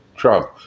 Trump